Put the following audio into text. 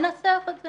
לנסח את זה.